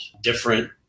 different